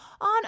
on